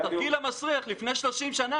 התרגיל המסריח לפני 30 שנה.